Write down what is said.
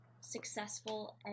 successful